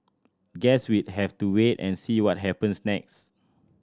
guess we'd have to wait and see what happens next